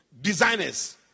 designers